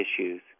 issues